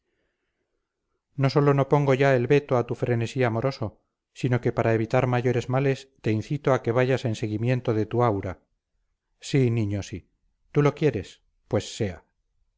no sólo no pongo ya el veto a tu frenesí amoroso sino que para evitar mayores males te incito a que vayas en seguimiento de tu aura sí niño sí tú lo quieres pues sea